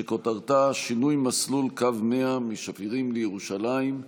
שכותרתה: שינוי מסלול קו 100 משפירים לירושלים.